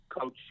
coach